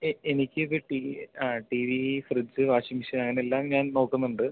എനിക്ക് കിട്ടി ആ TV fridge washing machine അങ്ങനെ എല്ലാം ഞാൻ നോക്കുന്നുണ്ട്